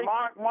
Mark